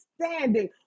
standing